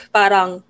parang